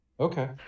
Okay